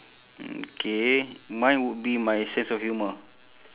okay mine would be my sense of humour